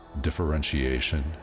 differentiation